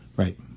Right